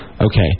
Okay